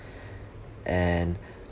and